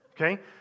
okay